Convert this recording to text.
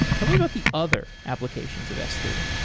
tell me about the other applications of s three